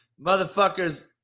motherfuckers